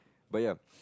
but ya